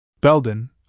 Belden